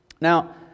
Now